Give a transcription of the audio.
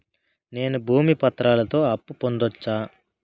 నేను భూమి పత్రాలతో అప్పు పొందొచ్చా?